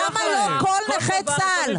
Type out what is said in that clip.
למה לא כל נכי צה"ל?